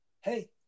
Hey